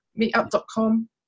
Meetup.com